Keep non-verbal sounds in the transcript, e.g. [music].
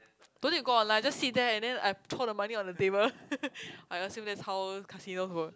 don't need to go online just sit there and then I throw the money on the table [laughs] I assumed that's how casinos work